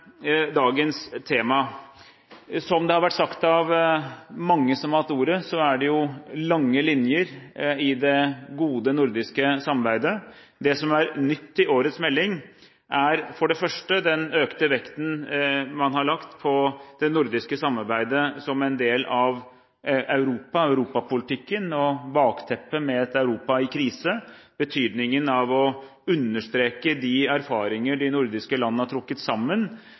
dagens tema. Som det har vært sagt av mange som har hatt ordet, er det lange linjer i det gode, nordiske samarbeidet. Det som er nytt i årets melding, er for det første den økte vekten man har lagt på det nordiske samarbeidet som en del av europapolitikken, mot bakteppet av et Europa i krise – betydningen av å understreke de erfaringer de nordiske landene sammen har trukket